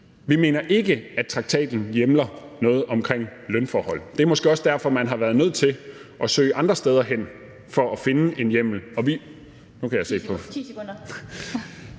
vi mener ikke, at traktaten hjemler noget om lønforhold. Det er måske også derfor, man har været nødt til at søge andre steder hen for at finde en hjemmel,